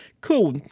cool